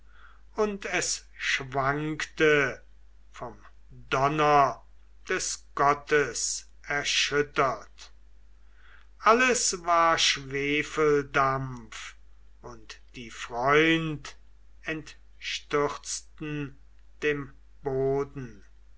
und es schwankte vom donner des gottes erschüttert alles war schwefeldampf und die freund entstürzten dem boden